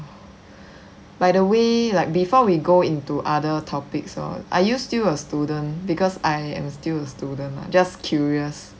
by the way like before we go into other topics or are you still a student because I am still a student lah just curious